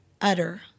utter